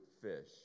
fish